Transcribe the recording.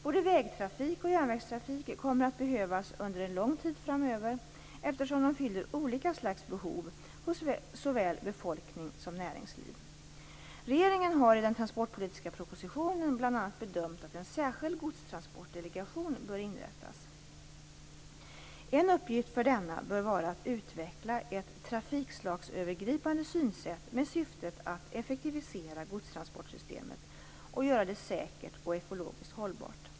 Både vägtrafik och järnvägstrafik kommer att behövas under en lång tid framöver, eftersom de fyller olika slags behov hos såväl befolkning som näringsliv. Regeringen har i den transportpolitiska propositionen bl.a. bedömt att en särskild godstransportdelegation bör inrättas. En uppgift för denna bör vara att utveckla ett trafikslagsövergripande synsätt med syftet att effektivisera godstransportsystemet och göra det säkert och ekologiskt hållbart.